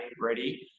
ready